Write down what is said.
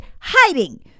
hiding